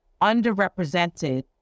underrepresented